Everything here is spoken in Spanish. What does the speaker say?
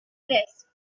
tres